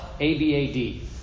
A-B-A-D